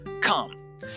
Come